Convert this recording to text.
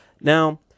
now